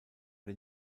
den